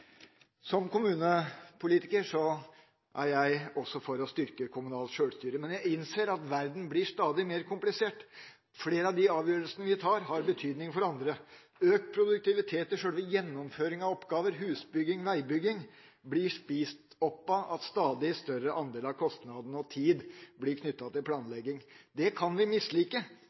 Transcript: Som kommunepolitiker er jeg også for å styrke kommunalt sjølstyre, men jeg innser at verden blir stadig mer komplisert. Flere av de avgjørelsene vi tar, har betydning for andre. Økt produktivitet i sjølve gjennomføringa av oppgaver, som husbygging og veibygging, blir spist opp av at en stadig større andel av kostnader og tid blir knyttet til planlegging. Det kan vi mislike,